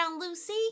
Lucy